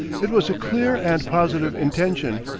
it was a clear and positive intention,